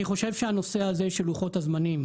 אני חושב שהנושא הזה של לוחות הזמנים,